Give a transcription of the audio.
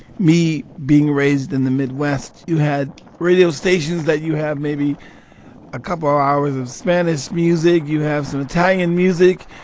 me being raised in the midwest. you had radio stations that you have maybe a couple hours of spanish music. you have some italian music.